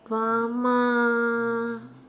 drama